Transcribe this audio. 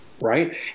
right